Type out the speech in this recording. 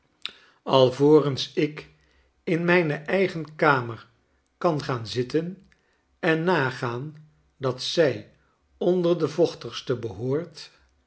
alvorens ik in mijne eigen kamer kangaan zitten en nagaan dat zij onder de vochtigste behoort